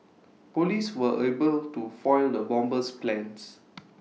Police were able to foil the bomber's plans